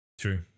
True